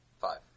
Five